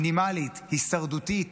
מינימלית, הישרדותית.